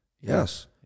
Yes